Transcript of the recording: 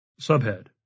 Subhead